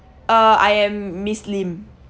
uh I am miss lim